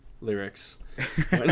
lyrics